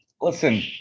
listen